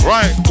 Right